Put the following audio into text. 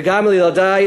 וגם לילדי,